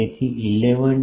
તેથી 11